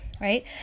Right